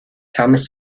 tomas